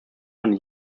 von